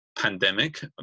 pandemic